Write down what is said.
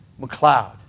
McLeod